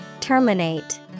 Terminate